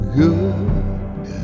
good